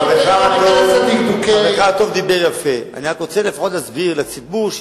חברך דיבר יפה, אני רק רוצה להסביר לציבור,